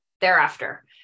thereafter